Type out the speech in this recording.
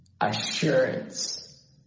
assurance